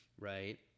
right